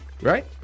Right